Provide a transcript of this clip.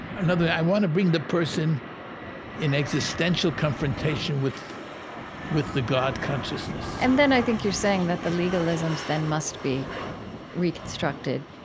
and i want to bring the person in existential confrontation with with the god consciousness and then i think you're saying that the legalisms then must be reconstructed,